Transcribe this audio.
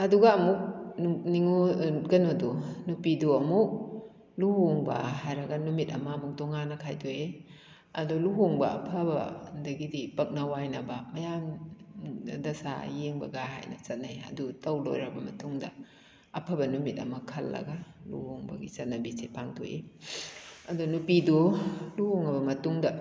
ꯑꯗꯨꯒ ꯑꯃꯨꯛ ꯅꯤꯉꯣꯜ ꯀꯩꯅꯣꯗꯣ ꯅꯨꯄꯤꯗꯨ ꯑꯃꯨꯛ ꯂꯨꯍꯣꯡꯕ ꯍꯥꯏꯔꯒ ꯅꯨꯃꯤꯠ ꯑꯃꯃꯨꯛ ꯇꯣꯉꯥꯟꯅ ꯈꯥꯏꯗꯣꯛꯏ ꯑꯗꯨ ꯂꯨꯍꯣꯡꯕ ꯑꯐꯕ ꯑꯗꯒꯤꯗꯤ ꯄꯞꯅ ꯋꯥꯏꯅꯕ ꯃꯌꯥꯝ ꯗꯁꯥ ꯌꯦꯡꯕꯒ ꯍꯥꯏꯅ ꯆꯠꯅꯩ ꯑꯗꯨ ꯇꯧ ꯂꯣꯏꯔꯕ ꯃꯇꯨꯡꯗ ꯑꯐꯕ ꯅꯨꯃꯤꯠ ꯑꯃ ꯈꯜꯂꯒ ꯂꯨꯍꯣꯡꯕꯒꯤ ꯆꯠꯅꯕꯤꯁꯦ ꯄꯥꯡꯊꯣꯛꯏ ꯑꯗꯣ ꯅꯨꯄꯤꯗꯨ ꯂꯨꯍꯣꯡꯂꯕ ꯃꯇꯨꯡ